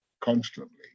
constantly